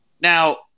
Now